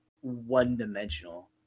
one-dimensional